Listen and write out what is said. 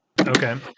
Okay